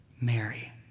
Mary